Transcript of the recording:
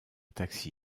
taxi